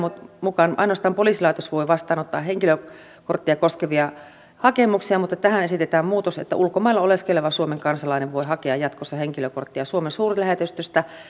mukaan ainoastaan poliisilaitos voi vastaanottaa henkilökorttia koskevia hakemuksia mutta tähän esitetään muutos että ulkomailla oleskeleva suomen kansalainen voi hakea jatkossa henkilökorttia suomen suurlähetystöltä